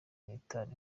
nitanu